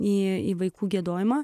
į vaikų giedojimą